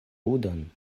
budon